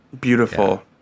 Beautiful